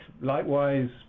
likewise